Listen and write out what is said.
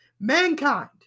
Mankind